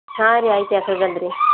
ಹಾಂ ರೀ ಐತೆರಿ